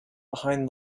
behind